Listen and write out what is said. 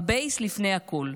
הבייס לפני הכול.